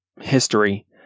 history